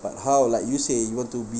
but how like you say you want to be